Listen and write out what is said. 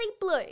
blue